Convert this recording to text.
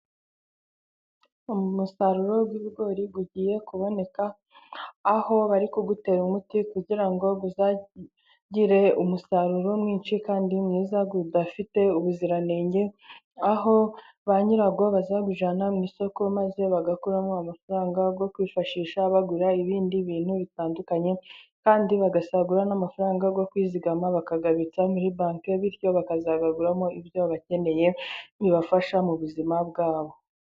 Umusaruro w'ibigori ugiye kuboneka, aho bari kuwutera umuti kugira ngo uzagire umusaruro mwinshi kandi mwiza ufite ubuziranenge, aho banyirawo bazabijyana mu isoko, maze bagakuramo amafaranga yo kwifashisha bagura ibindi bintu bitandukanye, kandi bagasagura n'amafaranga yo kwizigama bakayabitsa muri banki, bityo bakazayaguramo ibyo bakeneye bibafasha mu buzima bwabo.